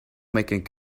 making